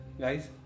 Guys